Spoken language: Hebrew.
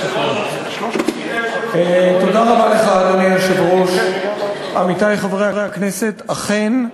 היושב-ראש, תודה רבה לך, עמיתי חברי הכנסת, אכן,